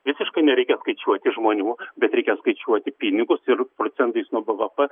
visiškai nereikia skaičiuoti žmonių bet reikia skaičiuoti pinigus ir procentais nuo bvp